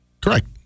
Correct